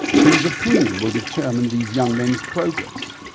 whose opinion will determine these young men's progress?